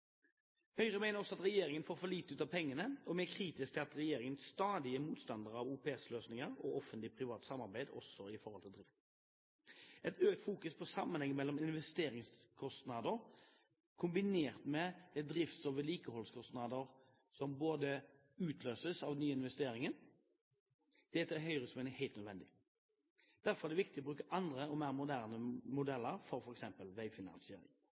Høyre mener også at regjeringen får for lite ut av pengene, og vi er kritiske til at regjeringen stadig er motstander av OPS-løsninger og Offentlig Privat Samarbeid også når det gjelder drift. Et økt fokus på sammenhengen mellom investeringskostnader og drifts- og vedlikeholdskostnader som utløses av de nye investeringene, er etter Høyres mening helt nødvendig. Derfor er det viktig å bruke andre og mer moderne modeller for